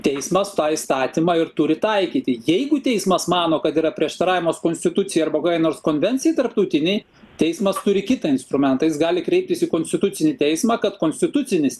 teismas tą įstatymą ir turi taikyti jeigu teismas mano kad yra prieštaravimas konstitucijai arba kokiai nors konvencijai tarptautinei teismas turi kitą instrumentą jis gali kreiptis į konstitucinį teismą kad konstitucinis